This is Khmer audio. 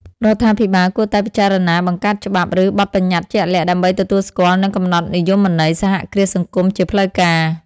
រដ្ឋាភិបាលគួរតែពិចារណាបង្កើតច្បាប់ ឬបទប្បញ្ញត្តិជាក់លាក់ ដើម្បីទទួលស្គាល់ និងកំណត់និយមន័យ សហគ្រាសសង្គម ជាផ្លូវការ ។